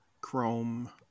chrome